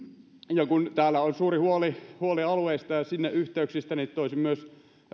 kun täällä on suuri huoli huoli alueista ja yhteyksistä sinne niin toisin myös